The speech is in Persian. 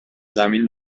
زمین